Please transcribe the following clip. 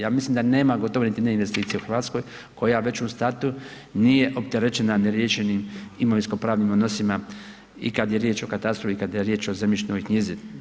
Ja mislim da nema gotovo ni jedne investicije u Hrvatskoj koja već u startu nije opterećena neriješenim imovinsko-pravnim odnosima i kad je riječ o katastru i kad je riječ o zemljišnoj knjizi.